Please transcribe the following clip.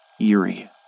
eerie